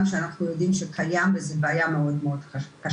שאנחנו יודעים שקיים וזה בעיה מאוד קשה.